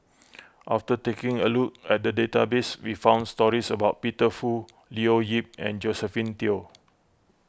after taking a look at the database we found stories about Peter Fu Leo Yip and Josephine Teo